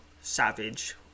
savage